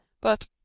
But